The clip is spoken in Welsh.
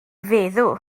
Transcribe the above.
feddw